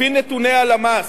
לפי נתוני הלמ"ס,